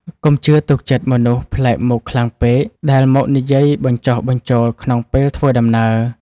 កុំជឿទុកចិត្តមនុស្សប្លែកមុខខ្លាំងពេក ដែលមកនិយាយបញ្ចុះបញ្ចូលក្នុងពេលធ្វើដំណើរ។